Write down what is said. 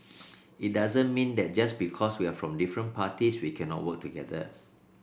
it doesn't mean that just because we're from different parties we cannot work together